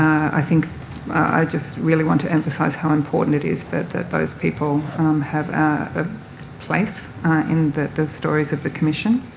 i think i just really want to emphasise how important it is that that those people have a place in the stories of the commission.